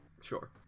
Sure